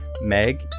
Meg